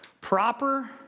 proper